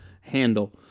handle